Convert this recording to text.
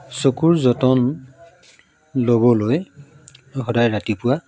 চকুৰ যতন ল'বলৈ সদায় ৰাতিপুৱা